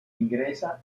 ingresa